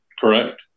Correct